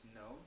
no